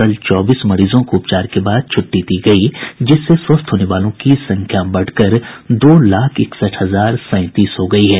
कल चौबीस मरीजों को उपचार के बाद छुट्टी दी गयी जिससे स्वस्थ होने वालों की संख्या बढ़कर दो लाख इकसठ हजार सैंतीस हो गयी है